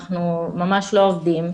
אנחנו ממש לא עובדים.